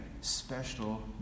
special